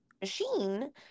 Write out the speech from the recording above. machine